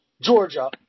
Georgia